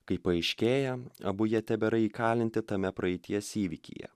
kaip paaiškėja abu jie tebėra įkalinti tame praeities įvykyje